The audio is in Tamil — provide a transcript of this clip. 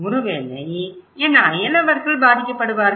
ஒருவேளை என் அயலவர்கள் பாதிக்கப்படுவார்கள்